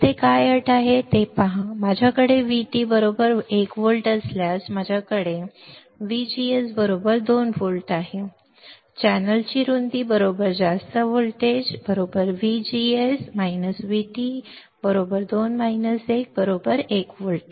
येथे काय अट आहे ते पहा माझ्याकडे व्हीटी 1 व्होल्ट असल्यास आणि माझ्याकडे असल्यास अट येथे आहे VGS 2 volt चॅनेलची रुंदी जास्त व्होल्टेज व्हीजीएस व्हीटी 2 1 1 व्होल्ट